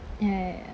ya ya ya